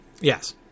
Yes